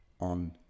on